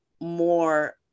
more